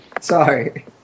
Sorry